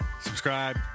subscribe